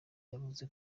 yavuze